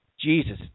Jesus